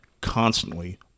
constantly—